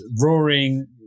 roaring